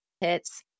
hits